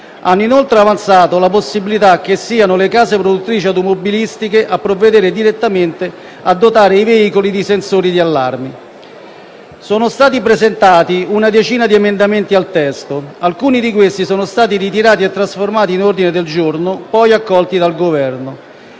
Hanno inoltre avanzato la possibilità che siano le case produttrici automobilistiche a provvedere direttamente a dotare i veicoli di sensori di allarme. Sono stati presentati una decina di emendamenti al testo. Alcuni di questi sono stati ritirati e trasformati in ordini del giorno poi accolti dal Governo.